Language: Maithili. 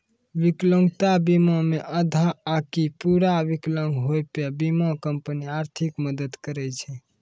विकलांगता बीमा मे आधा आकि पूरा विकलांग होय पे बीमा कंपनी आर्थिक मदद करै छै